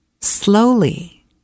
Slowly